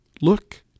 Look